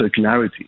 circularity